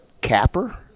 capper